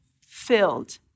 filled